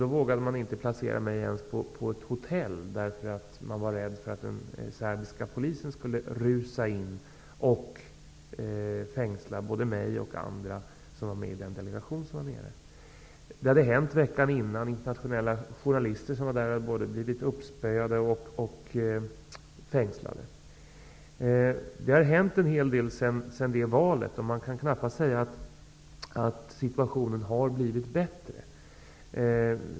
Då vågade man inte ens placera mig på ett hotell, därför att man var rädd för att den serbiska polisen skulle rusa in och fängsla både mig och andra som var med i den delegation som var nere. Veckan innan hade internationella journalister blivit både spöade och fängslade. Det har hänt en hel del sedan det valet, men man kan knappast säga att situationen har blivit bättre.